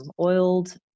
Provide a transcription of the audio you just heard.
oiled